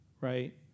Right